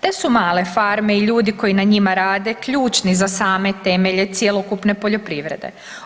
Te su male farme i ljudi koji na njima rade ključne za same temelje cjelokupne poljoprivrede.